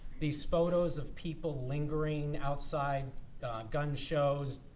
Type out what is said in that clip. these photos of people lingering outside gun shows,